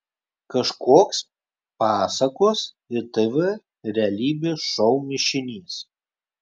kažkoks pasakos ir tv realybės šou mišinys